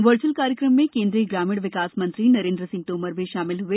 virtual कार्यकम में केन्द्रीय ग्रामीण विकास मंत्री नरेन्द्र सिंह तोमर भी शामिल हुए